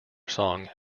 song